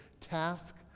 task